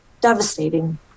devastating